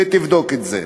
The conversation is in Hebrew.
תבדוק את זה.